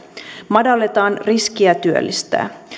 madalletaan riskiä työllistää